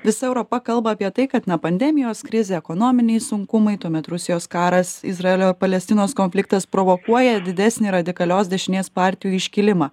visa europa kalba apie tai kad na pandemijos krizė ekonominiai sunkumai tuomet rusijos karas izraelio palestinos konfliktas provokuoja didesnį radikalios dešinės partijų iškilimą